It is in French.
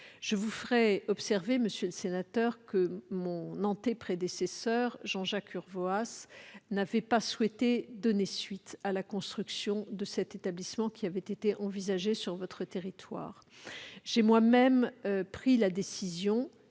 je vous ferai observer que mon anté-prédécesseur, M. Jean-Jacques Urvoas, n'avait pas souhaité donner suite à la construction de cet établissement qui avait été envisagé sur votre territoire. J'ai moi-même pris la décision